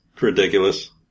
ridiculous